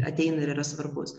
ateina ir yra svarbus